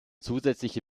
zusätzliche